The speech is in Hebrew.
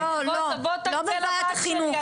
לא לא לא, לא בוועדת החינוך.